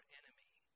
enemy